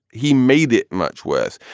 he made it much worse.